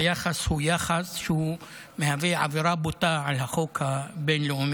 היחס הוא יחס שמהווה עבירה בוטה על החוק הבין-לאומי.